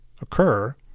occur